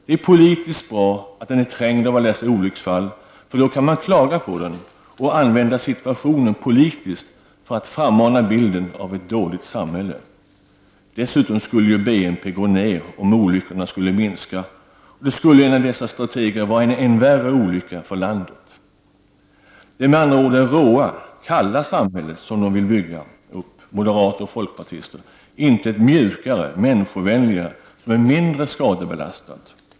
Det är politiskt bra att den är trängd av alla dessa olycksfall, för då kan man klaga på den och använda situationen politiskt för att frammana bilden av ett dåligt samhälle. Dessutom skulle ju BNP gå ner om olyckorna skulle minska, och det skulle enligt dessa strateger vara en än värre olycka för landet. Det är med andra ord det råa, kalla samhället som de vill bygga upp, moderater och folkpartister, inte ett mjukare, människovänligare, som är mindre skadebelastat.